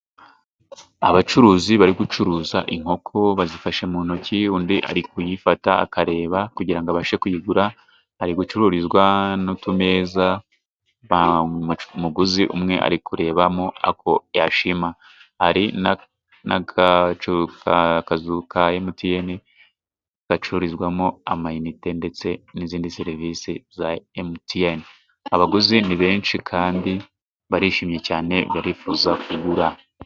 Abacuruzi bari gucuruza inkoko bazifashe mu ntoki ,undi ari kuyifata akareba kugira ngo abashe kuyigura ,hari gucururizwa n'utumeza umuguzi umwe ari kurebamo ako yashima, hari n'agacu akazu ka Emutiyene gacururizwamo amayinite ndetse n'izindi serivisi za Emutiyene. Abaguzi ni benshi kandi barishimye cyane barifuza kugura.